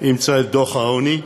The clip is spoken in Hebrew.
אימצה את דוח העוני,